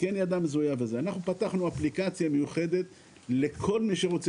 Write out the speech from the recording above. אנחנו פתחנו אפליקציה מיוחדת לכל מי שהוא רוצה